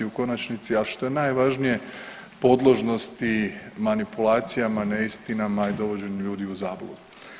U konačnici ali što je najvažnije podložnosti manipulacijama, neistinama i dovođenju ljudi u zabludu.